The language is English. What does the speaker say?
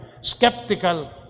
skeptical